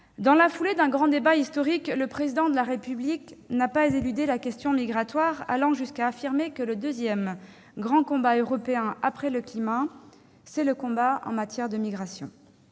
Dans la foulée d'un grand débat historique, le Président de la République n'a pas éludé la question migratoire, allant jusqu'à affirmer que « le deuxième grand combat européen avec le climat, c'est le combat en matière de migration